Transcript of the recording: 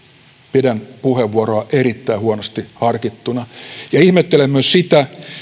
pidän puheenvuoroa erittäin huonosti harkittuna ja ihmettelen myös sitä